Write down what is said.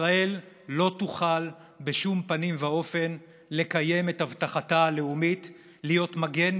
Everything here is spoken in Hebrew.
ישראל לא תוכל בשום פנים ואופן לקיים את הבטחתה הלאומית להיות מגן,